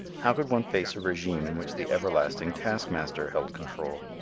how could one face a regime in which the everlasting taskmaster held control?